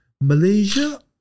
Malaysia